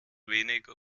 wenig